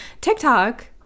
TikTok